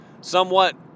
somewhat